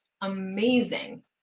amazing